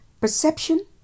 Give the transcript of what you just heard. Perception